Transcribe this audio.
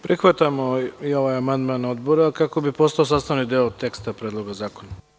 Prihvatamo i ovaj amandman Odbora, kako bi postao sastavni deo teksta Predloga zakona.